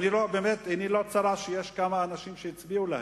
עיני לא צרה שיש כמה אנשים שהצביעו להם,